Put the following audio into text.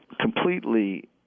completely